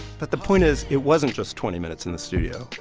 but the point is it wasn't just twenty minutes in the studio.